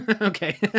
okay